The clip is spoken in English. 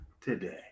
today